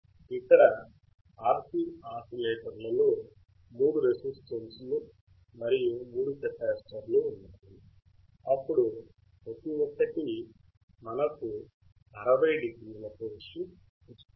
ఇక్కడ RC ఆసిలేటర్లలో 3 resistance లు మరియు 3 కెపాసిటర్లు ఉన్నాయి అప్పుడు ప్రతి ఒక్కటి మనకు 600 ఫేజ్ షిఫ్ట్ ఇస్తుంది